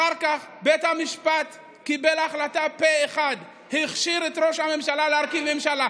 אחר כך בית המשפט קיבל החלטה פה אחד והכשיר את ראש הממשלה להקים ממשלה.